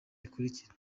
bikurikira